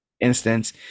instance